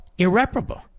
Irreparable